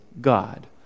God